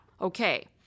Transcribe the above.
Okay